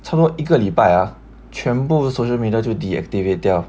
差不多一个礼拜啊全部都 social media 就 deactivate 掉